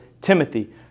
Timothy